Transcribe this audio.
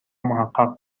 محقق